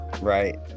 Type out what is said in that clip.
right